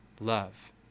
love